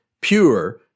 pure